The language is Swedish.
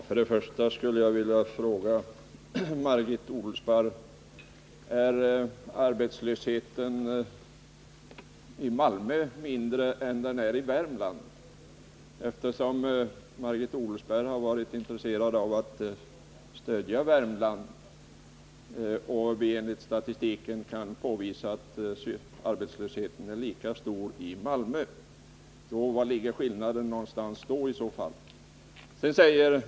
Fru talman! Jag skulle vilja fråga Margit Odelsparr: Är arbetslösheten mindre i Malmö än i Värmland, eftersom Margit Odelsparr varit intresserad av att stödja Värmland? Med hjälp av statistiken kan vi påvisa att arbetslösheten är lika stor i Malmö som i Värmland. Var ligger i så fall skillnaden?